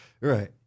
Right